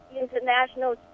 international